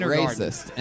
racist